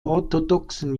orthodoxen